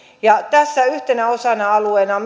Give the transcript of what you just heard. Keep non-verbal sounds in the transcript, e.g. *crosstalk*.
tässä yhtenä osa alueena *unintelligible*